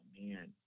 man